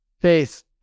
Faith